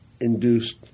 induced